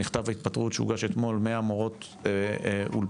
מכתב ההתפטרות שהוגש אתמול מהמורות אולפן.